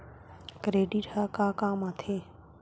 Credit ह का काम आथे?